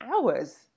hours